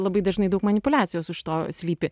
labai dažnai daug manipuliacijos už to slypi